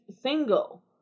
single